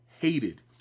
hated